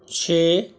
ਛੇ